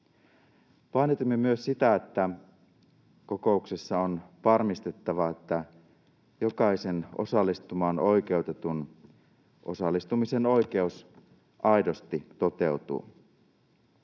Painotimme myös sitä, että kokouksessa on varmistettava, että jokaisen osallistumaan oikeutetun osallistumisen oikeus aidosti toteutuu.